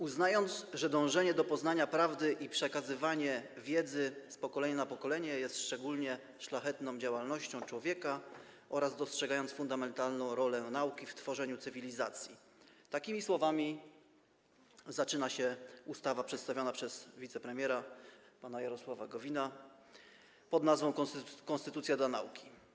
Uznając, że dążenie do poznania prawdy i przekazywanie wiedzy z pokolenia na pokolenie jest szczególnie szlachetną działalnością człowieka oraz dostrzegając fundamentalną rolę nauki w tworzeniu cywilizacji - takimi słowami zaczyna się ustawa przedstawiona przez wicepremiera pana Jarosława Gowina, pn. konstytucja dla nauki.